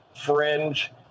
fringe